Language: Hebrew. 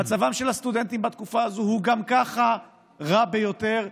מצבם של הסטודנטים בתקופה הזאת הוא גם ככה רע ביותר.